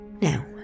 Now